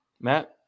Matt